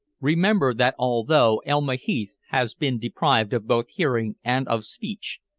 remember that although elma heath has been deprived of both hearing and of speech,